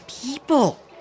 People